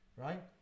Right